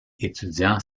étudiant